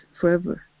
forever